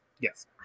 yes